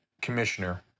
commissioner